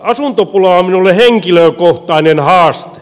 asuntopula on minulle henkilökohtainen haaste